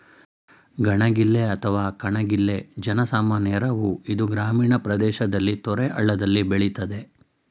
ಗಣಗಿಲೆ ಅಥವಾ ಕಣಗಿಲೆ ಜನ ಸಾಮಾನ್ಯರ ಹೂ ಇದು ಗ್ರಾಮೀಣ ಪ್ರದೇಶದಲ್ಲಿ ತೊರೆ ಹಳ್ಳದಲ್ಲಿ ಬೆಳಿತದೆ